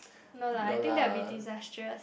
no lah I think that will be disastrous